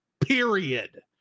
period